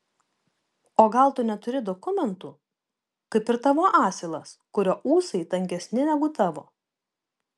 o gal tu neturi dokumentų kaip ir tavo asilas kurio ūsai tankesni negu tavo